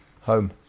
Home